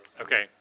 Okay